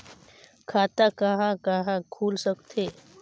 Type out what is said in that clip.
खाता कहा कहा खुल सकथे?